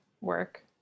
work